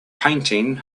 painting